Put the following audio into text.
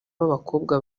b’abakobwa